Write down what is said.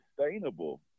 sustainable